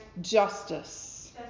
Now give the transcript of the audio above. justice